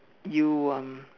you um